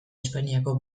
espainiako